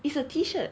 is a T-shirt